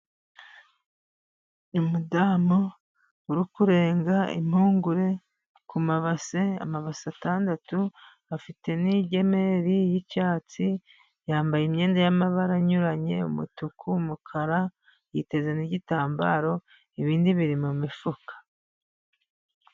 Umudamu uri kurenga impungure ku mabase, amabase atandatu, afite n'ingemeri y'icyatsi, yambaye imyenda y'amabara anyuranye, umutuku, umukara, yiteze n'igitambaro, ibindi biri mu mifuka.